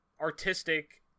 artistic